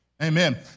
Amen